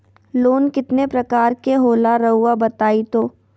Loan कितने पारकर के होला रऊआ बताई तो?